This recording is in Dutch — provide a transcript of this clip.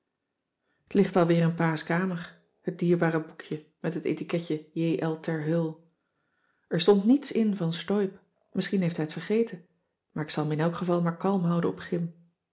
weer in pa's kamer het dierbare boekje met het etiketje j l ter heul er stond niets in van steub misschien heeft hij t vergeten maar ik zal me in elk geval maar kalm houden op